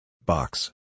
Box